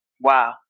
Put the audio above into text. Wow